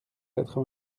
quatre